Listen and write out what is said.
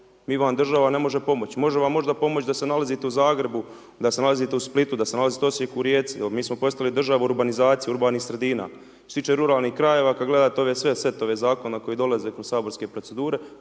Mi vam, država ne može pomoći. Može vam možda pomoći da se nalazite u Zagrebu, da se nalazite u Splitu da se nalazite u Osijeku, Rijeci, mi smo postavili državu urbanizaciju, urbanih sredina. Što se tiče ruralnih krajeva, kada gledate ove sve setove zakona, koji dolaze kod saborske procedure,